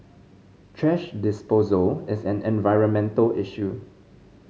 thrash disposal is an environmental issue